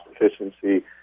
efficiency